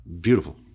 beautiful